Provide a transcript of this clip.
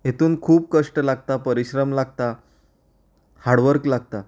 हेतून खूब कश्ट लागता परिश्रम लागता हाडवर्क लागता